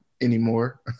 anymore